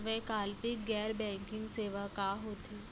वैकल्पिक गैर बैंकिंग सेवा का होथे?